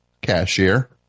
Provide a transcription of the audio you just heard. cashier